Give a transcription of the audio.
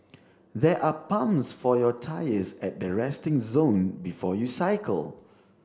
there are pumps for your tyres at the resting zone before you cycle